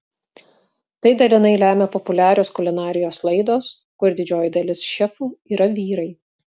tai dalinai lemia populiarios kulinarijos laidos kur didžioji dalis šefų yra vyrai